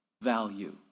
value